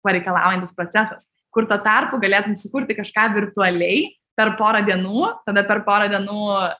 pareikalaujantis procesas kur tuo tarpu galėtum sukurti kažką virtualiai per pora dienų tada per pora dienų